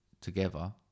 together